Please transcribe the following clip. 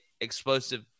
explosive